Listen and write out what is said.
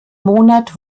monat